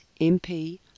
MP